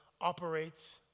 operates